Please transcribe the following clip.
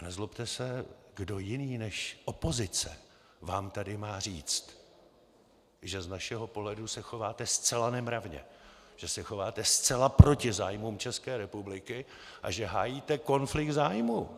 Nezlobte se, kdo jiný než opozice vám tady má říct, že z našeho pohledu se chováte zcela nemravně, že se chováte zcela proti zájmům České republiky a že hájíte konflikt zájmů?